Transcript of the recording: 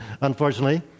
unfortunately